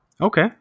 Okay